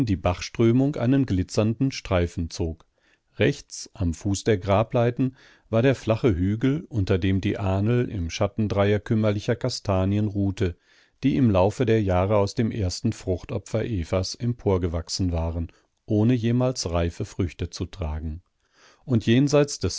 die bachströmung einen glitzernden streifen zog rechts am fuß der grableiten war der flache hügel unter dem die ahnl im schatten dreier kümmerlicher kastanien ruhte die im laufe der jahre aus dem ersten fruchtopfer evas emporgewachsen waren ohne jemals reife früchte zu tragen und jenseits des